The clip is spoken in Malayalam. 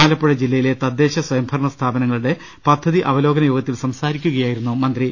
ആലപ്പുഴ ജില്ലയിലെ തദ്ദേശസ്വയംഭരണ സ്ഥാപനങ്ങളുടെ പദ്ധതി അവലോകന യോഗത്തിൽ സംസാരിക്കുകയായിരുന്നു അദ്ദേഹം